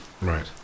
Right